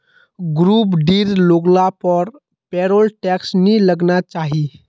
group डीर लोग लार पर पेरोल टैक्स नी लगना चाहि